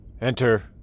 Enter